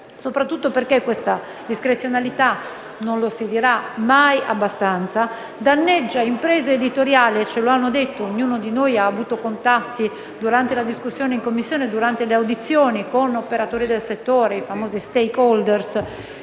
soprattutto perché questa discrezionalità - non lo si dirà mai abbastanza - danneggia le imprese editoriali. Ce l'hanno detto: ognuno di noi ha avuto contatti, durante la discussione in Commissione e durante le audizioni, con gli operatori del settore, i famosi *stakeholder*,